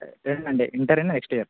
రెండండి interior and exterior